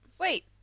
wait